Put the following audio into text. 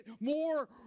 more